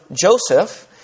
Joseph